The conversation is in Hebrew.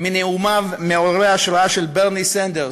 מנאומיו מעוררי ההשראה של ברני סנדרס,